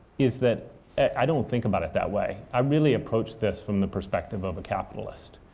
is that i don't think about it that way. i really approach this from the perspective of a capitalist.